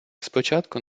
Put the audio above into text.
спочатку